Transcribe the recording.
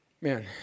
man